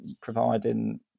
providing